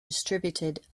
distributed